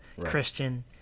christian